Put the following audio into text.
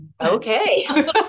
Okay